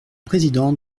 président